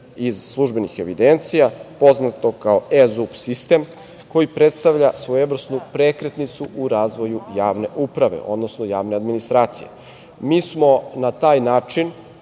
iz službenih evidencija, poznato kao eZUP sistem koji predstavlja svojevrsnu prekretnicu u razvoju javne uprave, odnosno javne administracije. Mi smo na taj način